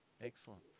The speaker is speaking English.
Excellent